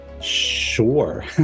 sure